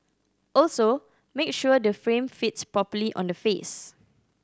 also make sure the frame fits properly on the face